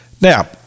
Now